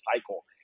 cycle